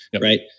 Right